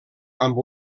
amb